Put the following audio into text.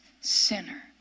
sinner